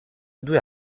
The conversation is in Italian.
due